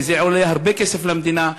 כי זה עולה הרבה כסף למדינה.